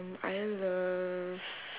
I love